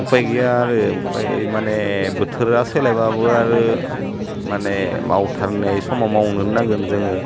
उफाय गैया आरो उफाय माने बोथोरा सोलायबाबो आरो माने मावथारनाय समाव मावनो नांगोन जोङो